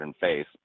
face